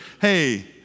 hey